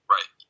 Right